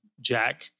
Jack